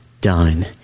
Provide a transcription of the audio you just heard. done